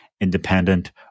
independent